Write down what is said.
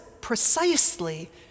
precisely